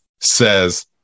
says